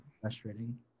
frustrating